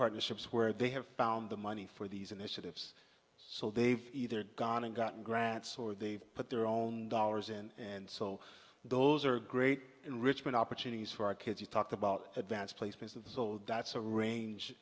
partnerships where they have found the money for these initiatives so they've either gone and gotten grants or they've put their own dollars in and so those are great enrichment opportunities for our kids you talked about advanced placement of the old that's a range